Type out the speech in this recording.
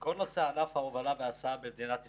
כל נושא ענף ההובלה וההסעה במדינת ישראל.